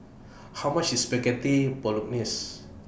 How much IS Spaghetti Bolognese